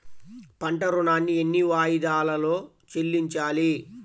పంట ఋణాన్ని ఎన్ని వాయిదాలలో చెల్లించాలి?